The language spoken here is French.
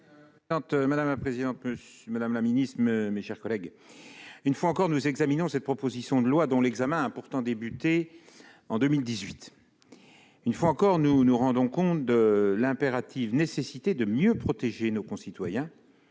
Madame la présidente, madame la secrétaire d'État, mes chers collègues, une fois encore, nous examinons cette proposition de loi dont l'examen a pourtant débuté en 2018. Une fois encore, nous nous rendons compte de l'impérative nécessité de mieux protéger nos concitoyens,